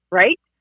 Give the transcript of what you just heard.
right